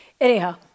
Anyhow